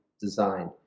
designed